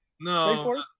No